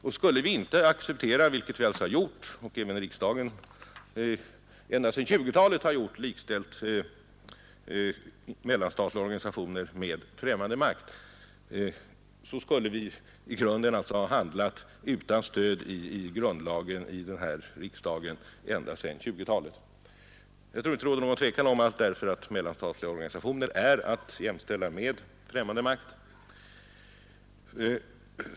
Och skulle vi inte acceptera — vilket riksdagen ju har gjort — ända sedan 1920-talet — att mellanstatliga organisationer likställs med främmande makt, skulle det innebära att vi i själva verket har handlat utan stöd av grundlagen ända sedan 1920-talet. Herr Nilsson behöver faktiskt inte hysa någon tvekan om att mellanstatliga organisationer är att jämställa med främmande makt.